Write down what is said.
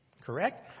Correct